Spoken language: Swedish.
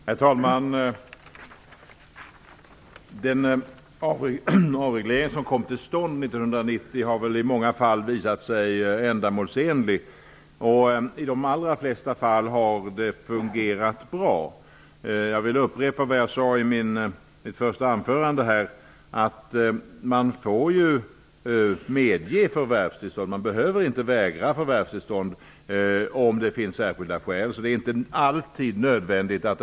Herr talman! Den avreglering som kom till stånd 1990 har i många fall visat sig ändamålsenlig. I de allra flesta fall har den fungerat bra. Jag vill upprepa det jag sade i mitt första anförande, nämligen att man får medge förvärvstillstånd om det finns särskilda skäl. Man behöver inte vägra förvärvstillstånd.